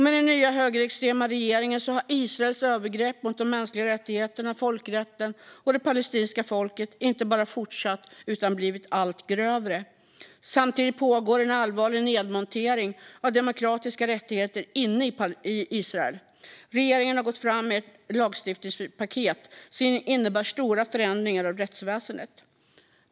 Med den nya högerextrema regeringen har Israels övergrepp mot de mänskliga rättigheterna, folkrätten och det palestinska folket inte bara fortsatt utan också blivit allt grövre. Samtidigt pågår en allvarlig nedmontering av demokratiska rättigheter inne i Israel. Regeringen har gått fram med ett lagstiftningspaket som innebär stora förändringar av rättsväsendet.